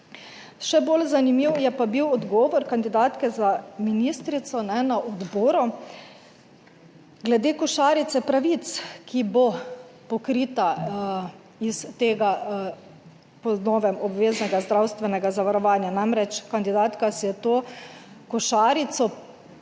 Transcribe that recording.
Še bolj zanimiv je pa bil odgovor kandidatke za ministrico na odboru glede košarice pravic, ki bo pokrita iz tega po novem obveznega zdravstvenega zavarovanja. Namreč kandidatka si je to košarico